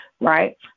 right